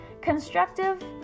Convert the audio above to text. constructive